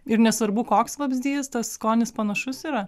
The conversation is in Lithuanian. ir nesvarbu koks vabzdys tas skonis panašus yra